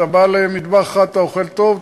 אתה בא למטבח אחד אתה אוכל טוב,